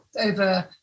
over